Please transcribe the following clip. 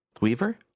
Weaver